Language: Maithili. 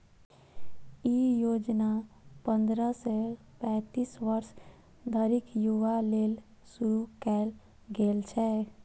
ई योजना पंद्रह सं पैतीस वर्ष धरिक युवा लेल शुरू कैल गेल छै